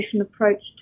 approach